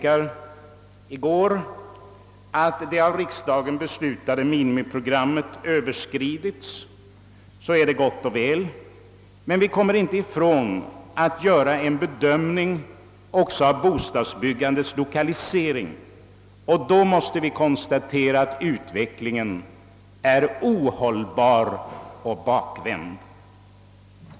Att det av riksdagen beslutade minimiprogrammet överskridits, som inrikesministern i går påpekade, är gott och väl. Men vi bör också göra en bedömning av bostadsbyggandets lokalisering. Därvid måste konstateras att utvecklingen är ohållbar och bakvänd.